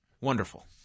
Wonderful